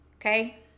Okay